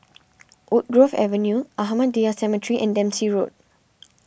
Woodgrove Avenue Ahmadiyya Cemetery and Dempsey Road